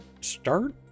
start